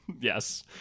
Yes